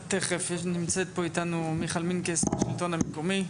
נמצאת פה איתנו מיכל מנקס מהשלטון המקומי.